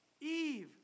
Eve